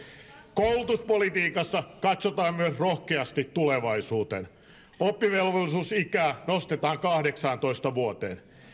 koulutuspolitiikassa myös katsotaan rohkeasti tulevaisuuteen oppivelvollisuusikää nostetaan kahdeksaantoista vuoteen